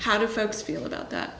how do folks feel about that